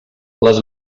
les